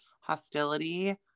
hostility